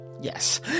yes